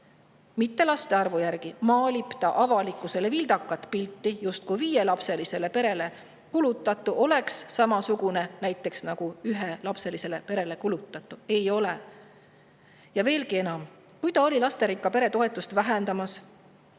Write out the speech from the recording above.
mitte laste arvu järgi, maalib ta avalikkusele vildaka pildi, justkui viielapselisele perele kulutatu oleks samasugune nagu ühelapselisele perele kulutatu. Ei ole! Ja veelgi enam, kui ta oli lasterikka pere toetust vähendamas